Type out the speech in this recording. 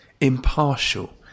impartial